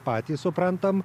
patys suprantam